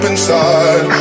inside